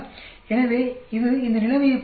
எனவே இது இந்த நிலைமையை போன்றதல்ல